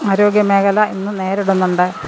ആരോഗ്യമേഖല ഇന്ന് നേരിടുന്നുണ്ട്